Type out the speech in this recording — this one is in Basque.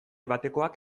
batekoak